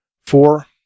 Four